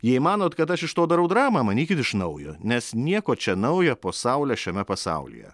jei manot kad aš iš to darau dramą manykit iš naujo nes nieko čia naujo po saule šiame pasaulyje